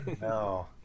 no